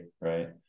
Right